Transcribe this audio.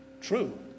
true